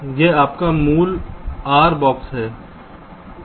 यह आपका मूल R बॉक्स है